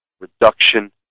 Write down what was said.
Reduction